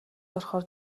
орохоор